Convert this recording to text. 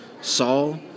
Saul